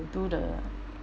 do the